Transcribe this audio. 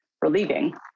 relieving